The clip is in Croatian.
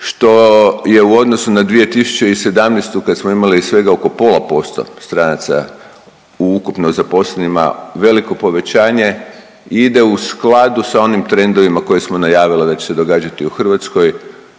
što je u odnosu na 2017. kad smo imali svega oko pola posto stranaca u ukupno zaposlenima, veliko povećanje ide u skladu sa onim trendovima koji smo najavili da će se događati u Hrvatskoj,